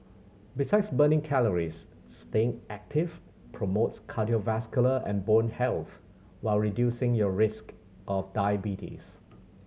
besides burning calories staying active promotes cardiovascular and bone health while reducing your risk of diabetes